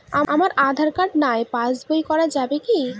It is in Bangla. আমার আঁধার কার্ড নাই পাস বই করা যাবে কি?